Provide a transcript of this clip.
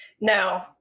No